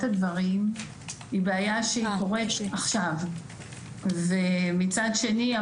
הדברים היא בעיה שקורית עכשיו ומצד שני,